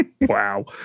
Wow